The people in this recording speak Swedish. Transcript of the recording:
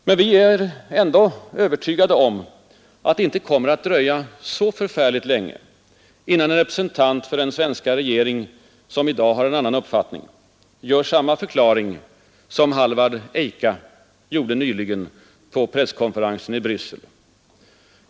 Men vi är ändå övertygade om att det inte kommer att dröja så förfärligt länge, innan en representant för den svenska regering, som i dag har en annan uppfattning, gör samma förklaring som Halvard Eika gjorde nyligen på presskonferensen i Bryssel.